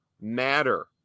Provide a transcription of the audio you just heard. matter